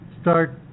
start